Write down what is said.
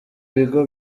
bigo